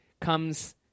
comes